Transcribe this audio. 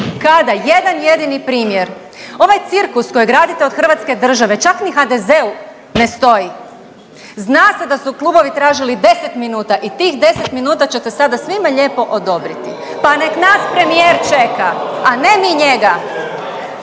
Kada, jedan jedini primjer? Ovaj cirkus koji radite od Hrvatske države čak ni HDZ-u ne stoji. Zna se da su klubovi tražili 10 minuta i tih 10 minuta ćete sada svima lijepo odobriti, pa nek' nas premijer čeka, a ne mi njega.